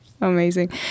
Amazing